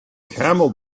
camel